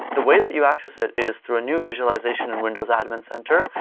the way that you access it is through a new visualization in windows admin center,